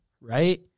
right